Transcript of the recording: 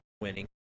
winning